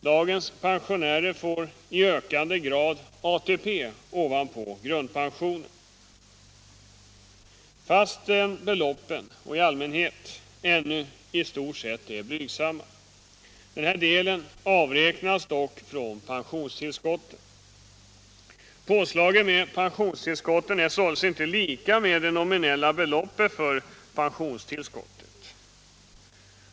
Dagens pensionärer får i ökande grad ATP ovanpå grundpensionen —- fastän beloppen i allmänhet ännu är blygsamma. Denna del avräknas dock från pensionstillskotten. Påslaget genom pensionstillskotten är således inte lika med det nominella beloppet för pensionstillskotten.